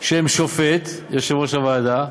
שהם שופט, יושב-ראש הוועדה,